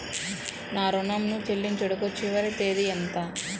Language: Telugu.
నా ఋణం ను చెల్లించుటకు చివరి తేదీ ఎంత?